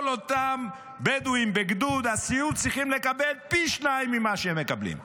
כל אותם בדואים בגדוד הסיור צריכים לקבל פי שניים ממה שהם מקבלים,